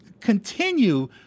continue